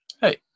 Hey